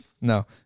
No